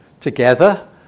together